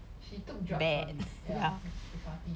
she took drugs all this yeah she party